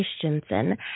Christensen